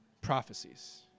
prophecies